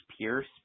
Pierce